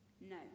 No